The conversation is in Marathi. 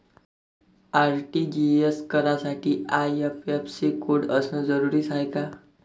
आर.टी.जी.एस करासाठी आय.एफ.एस.सी कोड असनं जरुरीच हाय का?